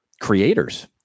creators